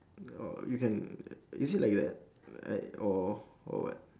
oh you can is it like that like or or what